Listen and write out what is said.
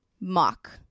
mock